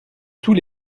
tout